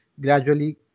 gradually